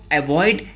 avoid